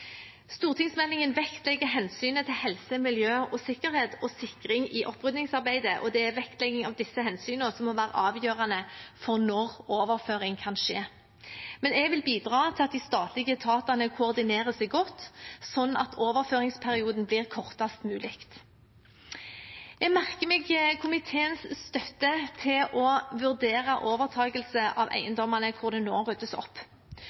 Stortingsmeldingen vektlegger hensynet til helse, miljø, sikkerhet og sikring i oppryddingsarbeidet, og det er vektlegging av disse hensynene som må være avgjørende for når overføring kan skje. Men jeg vil bidra til at de statlige etatene koordinerer seg godt, slik at overføringsperioden blir kortest mulig. Jeg merker meg komiteens støtte til å vurdere overtagelse av eiendommene hvor det nå skal ryddes opp.